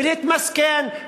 ולהתמסכן,